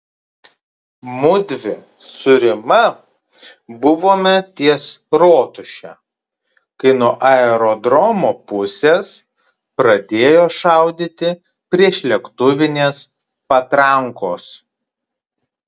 mudvi su rima buvome ties rotuše kai nuo aerodromo pusės pradėjo šaudyti priešlėktuvinės patrankos